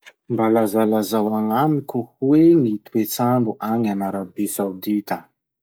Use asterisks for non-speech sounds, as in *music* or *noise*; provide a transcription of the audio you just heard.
*noise* Mba lazalazao agnamiko hoe gny toetsandro agny *noise* an'Arabi Saodita?